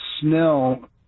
Snell